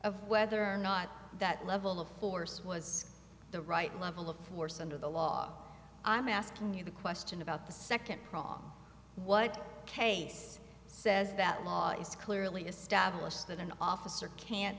of whether or not that level of force was the right level of force under the law i'm asking you the question about the second prong what case says that law is clearly established that an officer can't